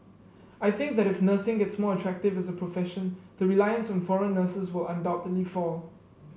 I think that if nursing gets more attractive with a profession the reliance on foreign nurses will undoubtedly fall